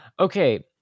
Okay